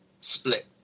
split